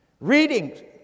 reading